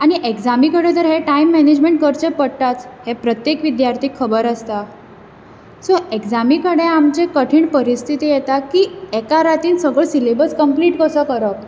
आनी एक्जामी कडेन तरी हें टायम मेनेजमेंट करचें पडटात हे प्रत्येक विद्यार्थीक खबर आसता सो एक्जामी कडेन आमचें कठीण परिस्थिती येता की एका रातीन सगळो सिलेबस कप्लीट कसो करप